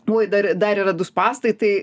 uoj dar dar yra du spąstai tai